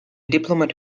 diplomat